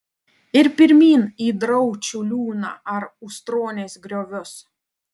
ir pirmyn į draučių liūną ar ustronės griovius